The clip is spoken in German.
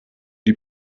die